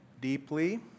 deeply